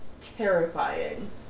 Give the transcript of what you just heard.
terrifying